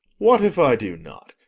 what if i do not?